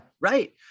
Right